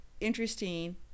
interesting